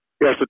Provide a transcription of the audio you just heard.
Yes